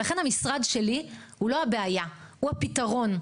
ולכן המשרד שלי הוא לא הבעיה, הוא הפתרון.